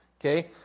Okay